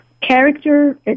character